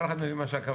כל אחד מבין את הכוונה.